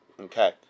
Okay